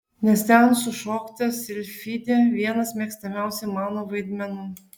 nes ten sušokta silfidė vienas mėgstamiausių mano vaidmenų